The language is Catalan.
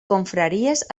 confraries